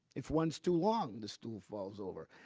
if one's too long, the stool falls over.